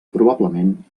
probablement